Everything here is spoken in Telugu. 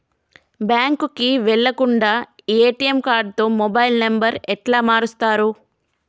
బ్యాంకుకి వెళ్లకుండా ఎ.టి.ఎమ్ కార్డుతో మొబైల్ నంబర్ ఎట్ల మారుస్తరు?